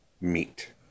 meat